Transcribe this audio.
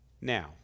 Now